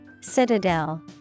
Citadel